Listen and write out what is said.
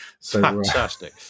Fantastic